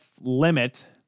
limit